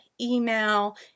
email